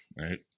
right